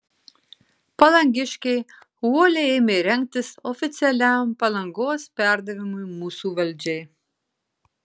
palangiškiai uoliai ėmė rengtis oficialiam palangos perdavimui mūsų valdžiai